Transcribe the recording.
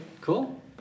Cool